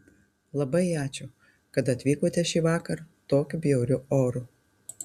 labai ačiū kad atvykote šįvakar tokiu bjauriu oru